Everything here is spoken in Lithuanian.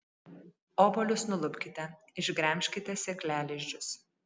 obuolius nulupkite išgremžkite sėklalizdžius